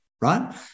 right